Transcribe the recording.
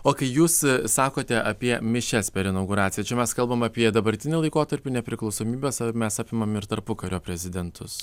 o kai jūs sakote apie mišias per inauguraciją čia mes kalbam apie dabartinį laikotarpį nepriklausomybės ar mes apimam ir tarpukario prezidentus